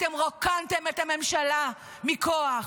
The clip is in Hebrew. אתם רוקנתם את הממשלה מכוח,